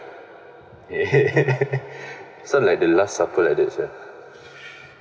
so like the last supper like that sia